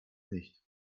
nicht